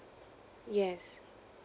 yes